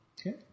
Okay